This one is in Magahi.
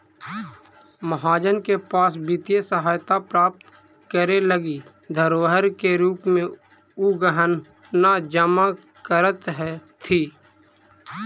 महाजन के पास वित्तीय सहायता प्राप्त करे लगी धरोहर के रूप में उ गहना जमा करऽ हथि